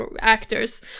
actors